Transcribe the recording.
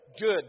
good